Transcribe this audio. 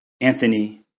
Anthony